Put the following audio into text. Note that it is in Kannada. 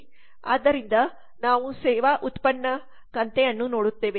ಆದ್ದರಿಂದ ನಾವು ಸೇವಾ ಉತ್ಪನ್ನ ಕಂತೆ ಅನ್ನು ನೋಡುತ್ತೇವೆ